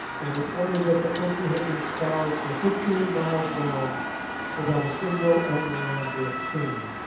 and reported that the country had been scoured for fifteen miles round without a single elmoran being seen,